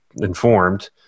informed